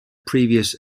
previous